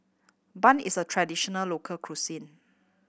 bun is a traditional local cuisine